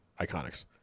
iconics